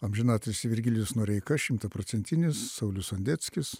amžinatilsį virgilijus noreika šimtaprocentinis saulius sondeckis